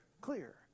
clear